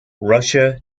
russia